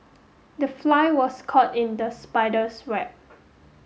the fly was caught in the spider's web